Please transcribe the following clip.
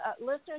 listeners